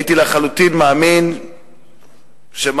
הייתי לחלוטין מאמין שזה,